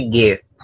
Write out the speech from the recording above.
gift